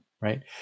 right